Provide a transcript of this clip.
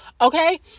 Okay